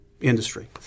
industry